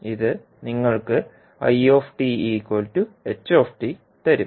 ഇത് നിങ്ങൾക്ക് തരും